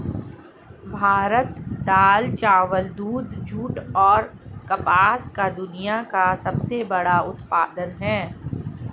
भारत दाल, चावल, दूध, जूट, और कपास का दुनिया का सबसे बड़ा उत्पादक है